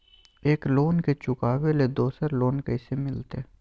एक लोन के चुकाबे ले दोसर लोन कैसे मिलते?